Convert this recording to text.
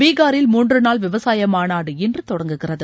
பீகாரில் மூன்று நாள் விவசாய மாநாடு இன்று தொடங்குகிறது